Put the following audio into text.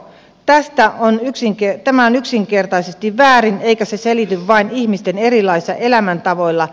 tämä on yksinkertaisesti väärin eikä se selity vain ihmisten erilaisilla elämäntavoilla